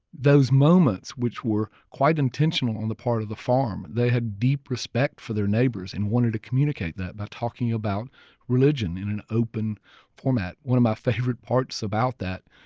those moments which were quite intentional on the part of the farm. they had deep respect for their neighbors and wanted to communicate that by talking about religion in an open format. one of my favorite parts about that,